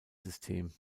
system